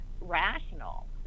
rational